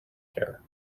care